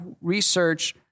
research